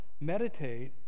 meditate